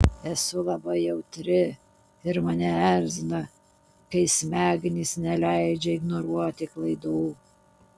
esu labai jautri ir mane erzina kai smegenys neleidžia ignoruoti klaidų